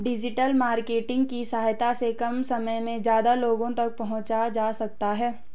digital marketing की सहायता से कम समय में ज्यादा लोगो तक पंहुचा जा सकता है